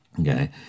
Okay